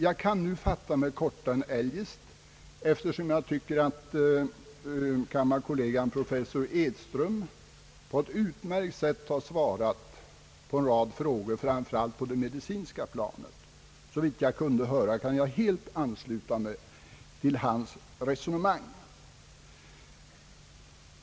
Jag kan nu fatta mig kortare än eljest, eftersom jag tycker att min kollega här i kammaren professor Edström på ett utmärkt sätt svarat på en rad frågor framför allt på det medicinska planet. Såvitt jag kunde höra, kan jag helt ansluta mig till hans resonemang.